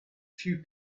few